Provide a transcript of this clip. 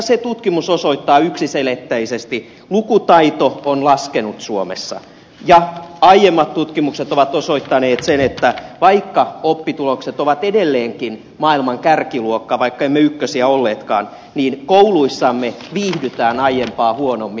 se tutkimus osoittaa yksiselitteisesti että lukutaito on laskenut suomessa ja aiemmat tutkimukset ovat osoittaneet sen että vaikka oppimistulokset ovat edelleenkin maailman kärkiluokkaa vaikka emme ykkösiä olleetkaan niin kouluissamme viihdytään aiempaa huonommin